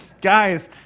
Guys